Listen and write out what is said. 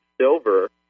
silver